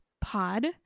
pod